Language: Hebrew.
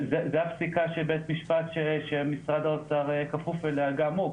זו הפסיקה של בית משפט שמשרד האוצר כפוף אליה גם הוא,